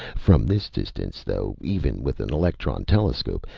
from this distance, though, even with an electron telescope,